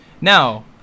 Now